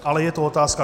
Ale je to otázka...